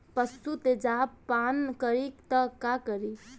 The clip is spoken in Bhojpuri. पशु तेजाब पान करी त का करी?